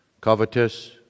covetous